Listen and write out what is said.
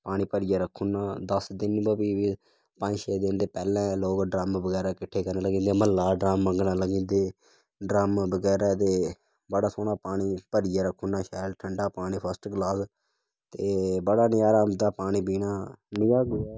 पानी भरियै रक्खु नां दस दिन तां फ्ही बी पंज छे दिन ते पैह्लें लोक ड्रम्म बगैरा किट्ठे करन लगी दे म्हल्ला ड्रम्म मंगना लगी जंदे ड्रम्म बगैरा ते बड़ा सोह्ना पानी भरियै रक्खुना शैल ठंडा पानी फर्स्ट क्लास बड़ा ते नजारा औंदा पानी पीना नेहा कुतै